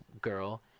girl